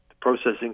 processing